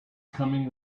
coming